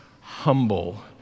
humble